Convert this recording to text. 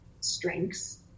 strengths